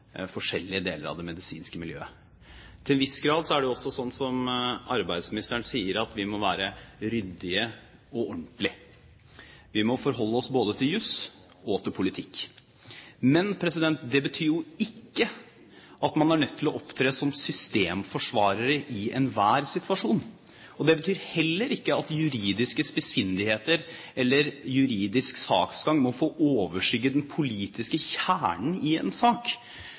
forskjellige deler av det medisinske miljøet. Til en viss grad er det også slik som arbeidsministeren sier, at vi må være ryddige og ordentlige – vi må forholde oss både til jus og til politikk. Men det betyr jo ikke at man er nødt til å opptre som systemforsvarere i enhver situasjon. Det betyr heller ikke at juridiske spissfindigheter eller juridisk saksgang må få overskygge den politiske kjernen i en sak.